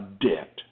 debt